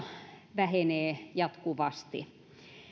vähenee jatkuvasti